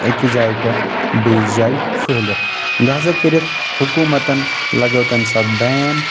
أکِس جایہِ پٮ۪ٹھ بیٚیِس جایہِ پھٔہلِتھ لہٰذا کٔرتھ حکوٗمتن لگٲو تمہِ ساتہٕ بین